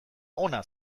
ona